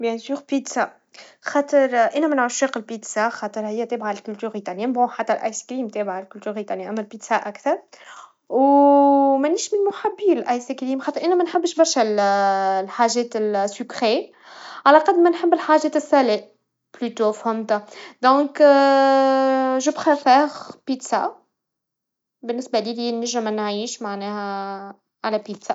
بكل تأكيد بيتزا, خاطر أنا من عشاق البيتزا خاطرها هيا تابعا لكل الأذواق, حتى الآيس كريم تابعا لكل ذوق, أما البيتزا أكثر و منيش من محبي الآيس كريم خاطر إنا منحبش برشا لا- الحاجات االسكرية, على قد ما نحب الحاجات المالحا, قبل كل شيء لذا أنا أفضل البيتزا. بالنسال لي انا ننجم نعيش معناها على بيتزا